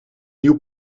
nieuw